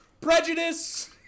Prejudice